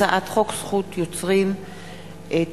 הצעת חוק זכות יוצרים (תיקון),